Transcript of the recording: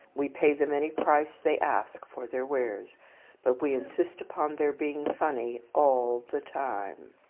we pay them any price they ask for their wares but we insist upon their being funny all the time.